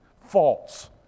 False